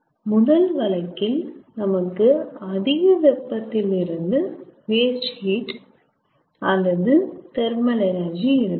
முதல் வழக்கில் நமக்கு அதிக வெப்பத்தில் வேஸ்ட் ஹீட் அல்லது தெர்மல் எனர்ஜி இருந்தது